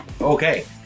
Okay